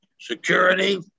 security